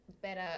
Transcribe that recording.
better